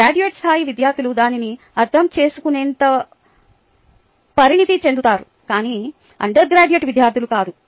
graduate స్థాయి విద్యార్థులు దానిని అర్దంచేసుకునేంత పరిణతి చెందుతారు కాని అండర్ గ్రాడ్యుయేట్ విద్యార్థులు కాదు